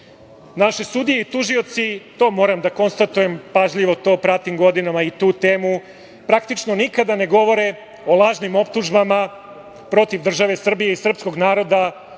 Naši sudiji i tužioci, to moram da konstatujem pažljivo, to pratim godinama i tu temu, praktično nikada ne govore o lažnim optužbama protiv države Srbije i srpskog naroda